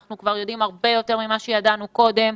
אנחנו כבר יודעים הרבה יותר ממה שידענו קודם.